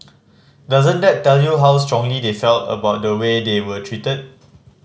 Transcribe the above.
doesn't that tell you how strongly they felt about the way they were treated